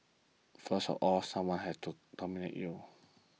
first of all someone has to nominate you